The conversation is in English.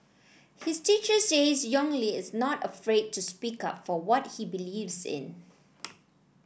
his teacher says Yong Li is not afraid to speak up for what he believes in